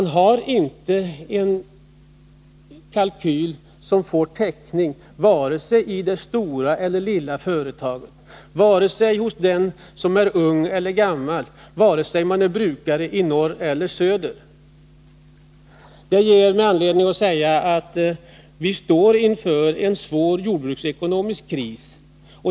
Man har inte en kalkyl som får täckning vare sig i det stora eller i det lilla företaget, vare sig hos den som är ung eller hos den som är gammal, vare sig brukaren bor i norr eller i söder. Detta ger mig anledning att säga att vi står inför en svår jordbruksekonomisk kris.